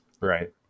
right